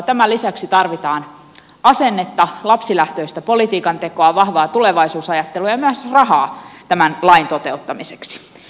tämän lisäksi tarvitaan asennetta lapsilähtöistä politiikantekoa vahvaa tulevaisuusajattelua ja myös rahaa tämän lain toteuttamiseksi